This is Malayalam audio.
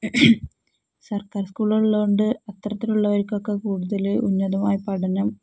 സർക്കാർ സ്കൂള ഉള്ളത് കൊണ്ട് അത്തരത്തിലുള്ളവർക്ക് ഒക്കെ കൂടുതൽ ഉന്നതമായി പഠനം